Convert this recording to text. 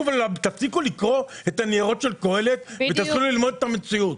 תפסיקו לקרוא את הניירות של קהלת ותתחילו ללמוד את המציאות.